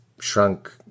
shrunk